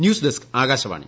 news desk Akashvani